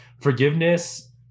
forgiveness